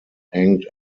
hanged